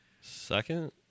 second